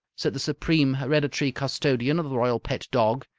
said the supreme hereditary custodian of the royal pet dog.